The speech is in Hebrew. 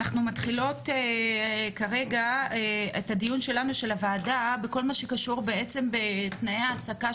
אנחנו פותחות את דיון הוועדה בכל מה שקשור לתנאי ההעסקה